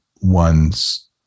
one's